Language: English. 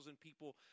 people